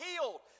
healed